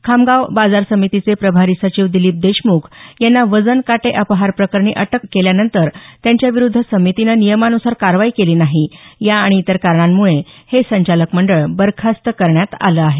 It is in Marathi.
खामगाव बाजार समितीचे प्रभारी सचिव दिलीप देशमुख यांना वजनकाटे अपहार प्रकरणी अटक करण्यात आल्यानंतर त्यांच्याविरूद्ध समितीनं नियमान्सार कारवाई केली नाही या आणि इतर कारणांमुळे हे संचालक मंडळ बरखास्त करण्यात आलं आहे